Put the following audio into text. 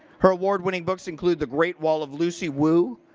her award-winning books include the great wall of lucy wu,